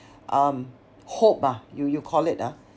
um hope ah you you call it ah